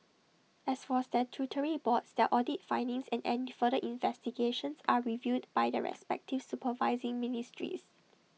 as for statutory boards their audit findings and any further investigations are reviewed by their respective supervising ministries